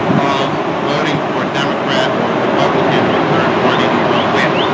of voting for a democrat or a republican or a third party who won't win